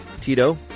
Tito